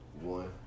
One